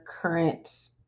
current